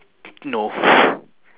no